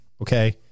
Okay